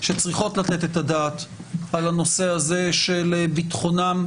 שצריכות לתת את הדעת על הנושא של שלומם וביטחונם